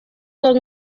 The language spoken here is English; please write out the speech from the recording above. long